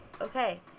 Okay